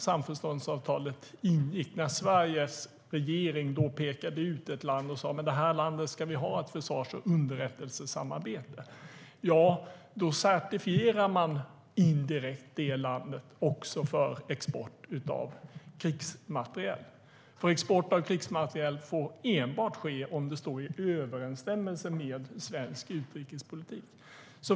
Samförståndsavtalet ingicks, och Sveriges regering pekade ut ett land och sa: Det här landet ska vi ha ett försvars och underrättelsesamarbete med. För mig var det då helt uppenbart att man indirekt då också certifierar detta land för export av krigsmateriel. Export av krigsmateriel får enbart ske om det står i överensstämmelse med svensk utrikespolitik.